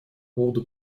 поводу